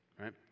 right